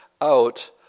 out